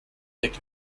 decke